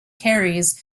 carries